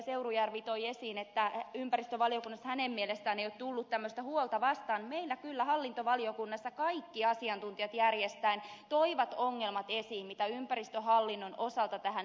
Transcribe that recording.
seurujärvi toi esiin että ympäristövaliokunnassa hänen mielestään ei ole tullut tämmöistä huolta vastaan niin kyllä meillä hallintovaliokunnassa kaikki asiantuntijat järjestään toivat esiin ongelmat joita ympäristöhallinnon osalta tähän liittyy